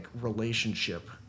relationship